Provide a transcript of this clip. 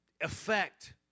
effect